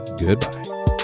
Goodbye